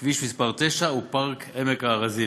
כביש מס' 9 ופארק עמק-הארזים.